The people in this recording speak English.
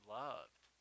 loved